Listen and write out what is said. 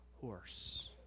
horse